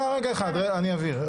אני אבהיר.